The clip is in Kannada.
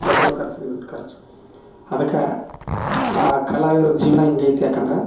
ಪೆಟ್ರೋಲ್ ಖರ್ಚ್ಗ್ ಇರ್ತ್ ಖರ್ಚ್ ಅದಕ್ಕೆ ಆ ಕಲಾವಿದ್ರದು ಜೀವನ ಹಿಂಗೈತಿ ಯಾಕಂದ್ರ